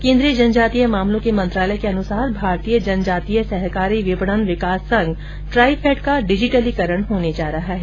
केंद्रीय जनजातीय मामलों के मंत्रालय के अनुसार भारतीय जनजातीय सहकारी विपणन विकास संघ ट्राइफेड का डिजिटलीकरण होने जा रहा है